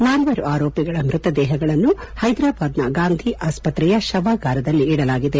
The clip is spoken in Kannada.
ನಾಲ್ವರು ಆರೋಪಿಗಳ ಮೃತದೇಹಗಳನ್ನು ಹೈದ್ರಾಬಾದ್ನ ಗಾಂಧಿ ಆಸ್ಪತ್ರೆಯ ಶವಾಗಾರದಲ್ಲಿಡಲಾಗಿದೆ